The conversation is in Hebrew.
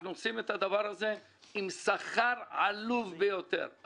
אנשים עושים את הדבר הזה בשכר עלוב ביותר.